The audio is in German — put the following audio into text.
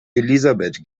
elisabeth